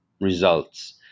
results